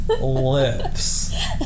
Lips